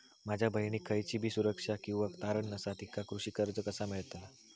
माझ्या बहिणीक खयचीबी सुरक्षा किंवा तारण नसा तिका कृषी कर्ज कसा मेळतल?